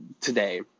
today